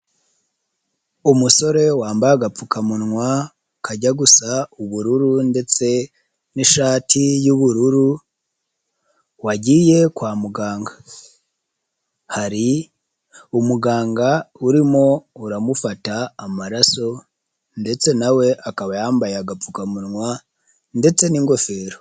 Umusore wambaye agapfukamunwa kajya gusa ubururu, ndetse n'ishati y'ubururu; wagiye kwa muganga. Hari umuganga urimo uramufata amaraso, ndetse na we akaba yambaye agapfukamunwa ndetse n'ingofero.